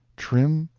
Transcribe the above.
trim,